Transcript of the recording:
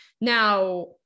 now